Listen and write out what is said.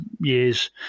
years